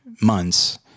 months